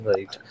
Right